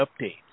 updates